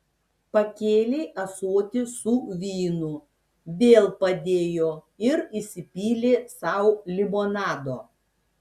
pakėlė ąsotį su vynu vėl padėjo ir įsipylė sau limonado